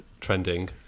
trending